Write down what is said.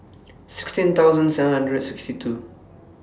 sixteen thousand seven hundred and sixty two